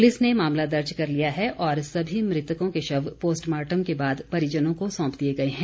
police ने मामला दर्ज कर लिया है और सभी मृतकों के शव पोस्टमार्टम के बाद परिजनों को सौंप दिए गए हैं